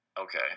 Okay